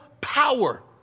power